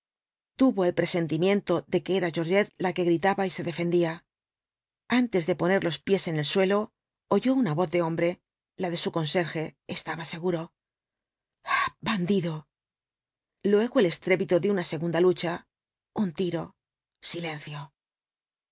tuvo el presentimiento de que era georgette la que gritaba y se defendía antes de poner los pies en el suelo oyó una voz de hombre la de su conserje estaba seguro ah bandido luego el estrépito de una segunda lucha un tiro silencio